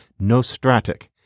Nostratic